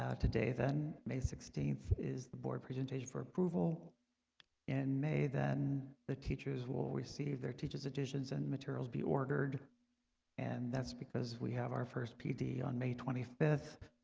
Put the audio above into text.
today then may sixteenth is the board presentation for approval in may then the teachers will receive their teachers additions and materials be ordered and that's because we have our first pd on may twenty fifth,